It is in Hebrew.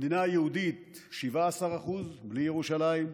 המדינה היהודית, 17%, בלי ירושלים,